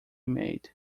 made